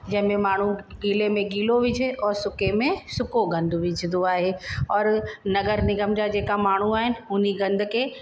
जंहिंमें माण्हू गिले में गिलो विझे और सुके में सुको गंद विझदो आहे और नगर निगम जा जेका माण्हू आहिनि हुन गंद खे